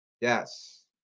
Yes